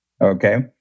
Okay